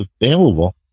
available